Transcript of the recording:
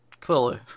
Clearly